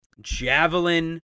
Javelin